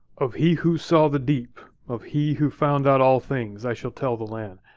of he who saw the deep. of he who found out all things, i shall tell the land.